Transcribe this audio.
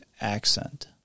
accent